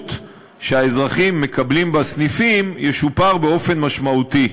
השירות שהאזרחים מקבלים בסניפים ישופר באופן משמעותי.